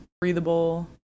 breathable